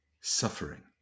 suffering